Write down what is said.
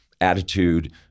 attitude